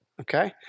Okay